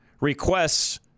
requests